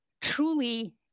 Truly